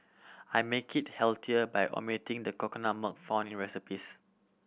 I make it healthier by omitting the coconut milk found in recipes